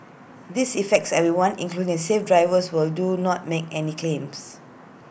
this affects everyone including safe drivers who'll do not make any claims